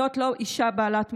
זאת לא אישה בעלת מוגבלות.